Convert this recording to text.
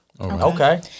Okay